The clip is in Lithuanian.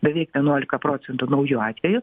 beveik vienuolika procentų naujų atvejų